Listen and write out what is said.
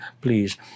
please